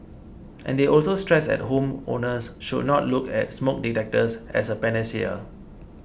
and they also stressed that home owners should not look at smoke detectors as a panacea